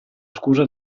scusa